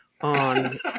on